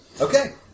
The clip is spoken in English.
Okay